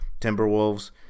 Timberwolves